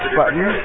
button